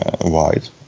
wide